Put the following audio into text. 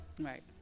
Right